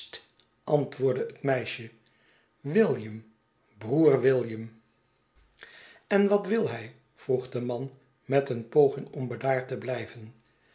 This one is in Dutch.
het meisje william broer william en wat wil hij vroeg de man met een poging om bedaard te blijven